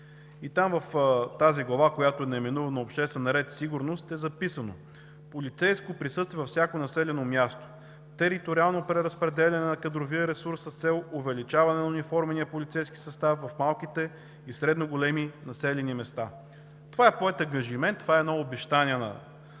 В тази глава, която е именувана „Обществен ред и сигурност“, е записано: „Полицейско присъствие във всяко населено място, териториално преразпределяне на кадровия ресурс с цел увеличаване на униформения полицейски състав в малките и средно големи населени места“. Това е поет ангажимент, това е едно обещание на партия